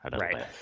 right